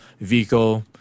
vehicle